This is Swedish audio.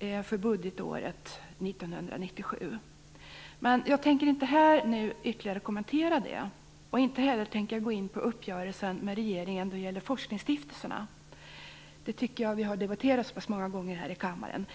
för budgetåret 1997. Jag tänker inte ytterligare kommentera det. Jag tänker inte heller gå in på uppgörelsen med regeringen då det gäller forskningsstiftelserna. Det tycker jag att vi har debatterat så många gånger här i kammaren.